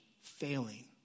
failing